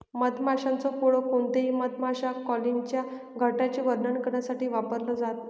मधमाशांच पोळ कोणत्याही मधमाशा कॉलनीच्या घरट्याचे वर्णन करण्यासाठी वापरल जात